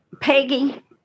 Peggy